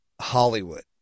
Hollywood